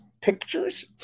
pictures